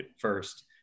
first